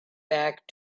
back